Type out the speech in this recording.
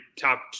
top